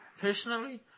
personally